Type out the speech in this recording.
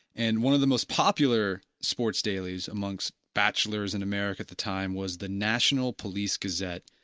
and one of the most popular sports dailies amongst bachelors in america at the time was the national police gazette.